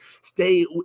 stay